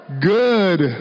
Good